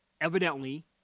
evidently